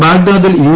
ബാഗ്ദാദിൽ U